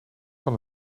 van